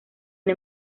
una